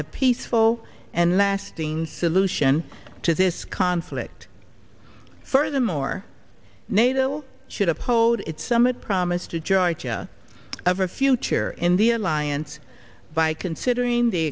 a peaceful and lasting solution to this conflict furthermore nato should uphold its summit promise to georgia of a future in the alliance by considering the